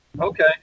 Okay